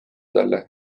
talle